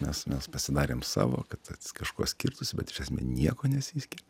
mes mes pasidarėm savo kad kažkuo skirtųsi bet iš esmė niekuo nesiskiria